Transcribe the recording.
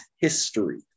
history